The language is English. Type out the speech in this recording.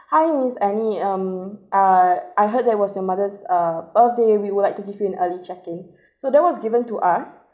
hi miss annie um err I heard that was your mother's uh birthday we would like to give you an early check in so that was given to us